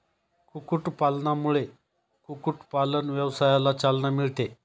कुक्कुटपालनामुळे कुक्कुटपालन व्यवसायाला चालना मिळते